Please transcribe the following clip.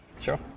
sure